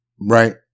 right